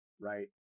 right